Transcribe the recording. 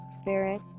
spirit